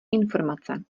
informace